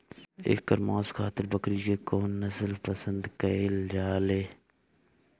एकर मांस खातिर बकरी के कौन नस्ल पसंद कईल जाले?